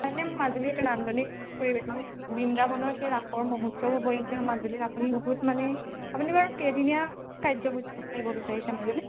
মানে মাজুলী এটা নান্দনিক পৰিবেশ ন বৃন্দাবনৰ সেই ৰাসৰ মহোৎসৱ মাজুলীৰ আপুনি বহুত মানে আপুনি বাৰু কেইদিনীয়া কাৰ্যসূচী লৈ আহিব বিচাৰিছে মাজুলী